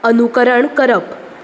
अनुकरण करप